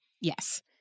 Yes